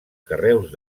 carreus